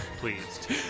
pleased